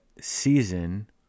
season